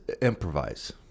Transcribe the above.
improvise